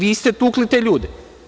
Vi ste tukli te ljude.